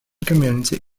community